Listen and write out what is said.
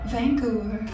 Vancouver